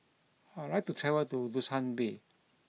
I would like to travel to Dushanbe